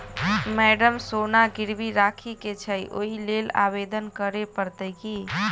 Madam सोना गिरबी राखि केँ छैय ओई लेल आवेदन करै परतै की?